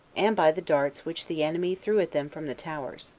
and by the darts which the enemy threw at them from the towers.